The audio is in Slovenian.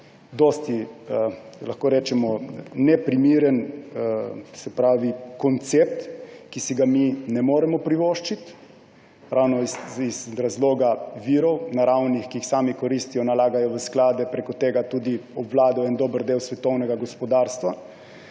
tisto, lahko rečemo, neprimeren koncept, ki si ga mi ne moremo privoščiti ravno iz razloga naravnih virov, ki jih sami koristijo, nalagajo v sklade in preko tega tudi obvladujejo dober del svetovnega gospodarstva.